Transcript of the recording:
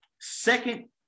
second